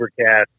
overcast